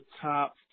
top